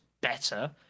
better